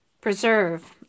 Preserve